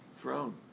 throne